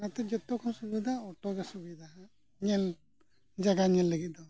ᱚᱱᱟᱛᱮ ᱡᱚᱛᱚ ᱠᱷᱚᱱ ᱥᱩᱵᱤᱫᱷᱟ ᱚᱴᱳ ᱜᱮ ᱥᱩᱵᱤᱫᱷᱟᱣᱟ ᱧᱮᱞ ᱡᱟᱭᱜᱟ ᱧᱮᱞ ᱞᱟᱹᱜᱤᱫ ᱫᱚ